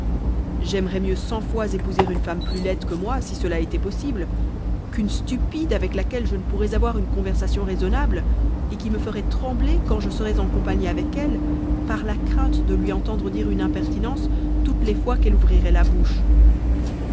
j'aimerais mieux cent fois épouser une femme plus laide que moi si cela était possible qu'une stupide avec laquelle je ne pourrais avoir une conversation raisonnable et qui me ferait trembler quand je serais en compagnie avec elle par la crainte de lui entendre dire une impertinence toutes les fois qu'elle ouvrirait la bouche